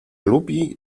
lubi